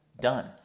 done